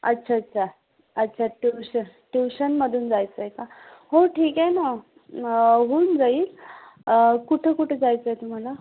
अच्छा अच्छा अच्छा ट्यूशन ट्यूशनमधून जायचं आहे का हो ठीक आहे ना होऊन जाईल कुठं कुठं जायचं आहे तुम्हाला